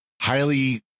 highly